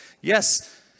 yes